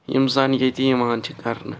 یم زن ییٚتہِ یِوان چھِ کَرنہٕ